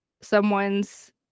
someone's